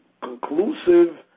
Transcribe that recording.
conclusive